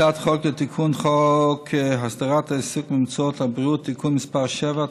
הצעת חוק לתיקון חוק הסדרת העיסוק במקצועות הבריאות (תיקון מס' 7),